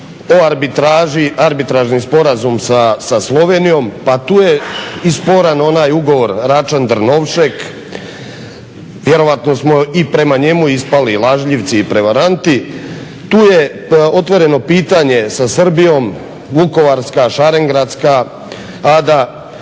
Arbitražni sporazum sa Slovenijom, pa tu je i sporan onaj ugovor Račan – Drnovšek. Vjerojatno smo i prema njemu ispali lažljivci i prevaranti. Tu je otvoreno pitanje sa Srbijom, Vukovarska, Šarengradska Ada.